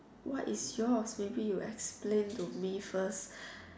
what is yours maybe you explain to me first